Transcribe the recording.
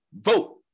vote